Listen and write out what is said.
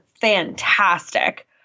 fantastic